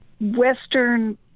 Western